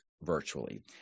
virtually